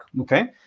Okay